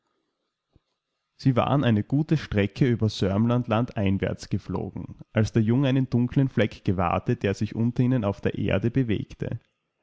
sie waren eine gute strecke über sörmland landeinwärts geflogen als der junge einen dunklen fleck gewahrte der sich unter ihnen auf der erde bewegte